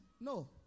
No